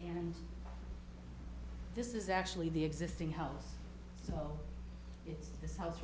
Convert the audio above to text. and this is actually the existing home so this house